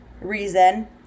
reason